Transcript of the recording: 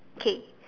okay